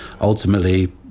ultimately